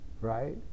right